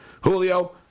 Julio